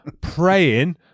praying